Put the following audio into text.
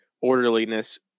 orderliness